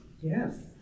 Yes